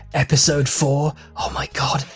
episode four. oh my god,